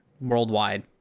worldwide